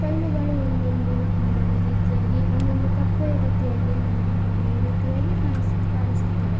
ಕಲ್ಲುಗಳು ಒಂದೊಂದು ಮೊಲದ ರೀತಿಯಾಗಿ ಒಂದೊಂದು ಕಪ್ಪೆಯ ರೀತಿಯಾಗಿ ಒಂದೊಂದು ಮನೆಯ ರೀತಿಯಾಗಿ ಕಾಣಿಸಿ ಕಾಣಿಸುತ್ತವೆ